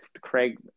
craig